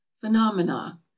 Phenomena